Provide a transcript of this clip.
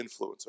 influencer